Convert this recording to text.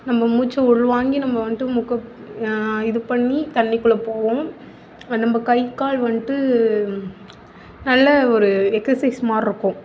நம்ம மூச்சை உள்வாங்கி நம்ம வந்துட்டு மூக்கை இது பண்ணி தண்ணிக்குள்ளே போவோம் அது நம்ம கைகால் வந்துட்டு நல்ல ஒரு எக்ஸசைஸ் மாரிருக்கும்